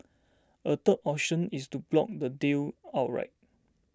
a third option is to block the deal outright